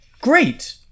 Great